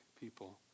people